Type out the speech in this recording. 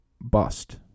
bust